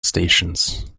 stations